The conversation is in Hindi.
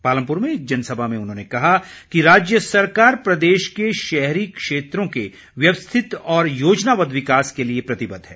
पालमपुर में एक जनसभा में उन्होंने कहा कि राज्य सरकार प्रदेश के शहरी क्षेत्रों के व्यवस्थित और योजनाबद्व विकास के लिए प्रतिबद्व है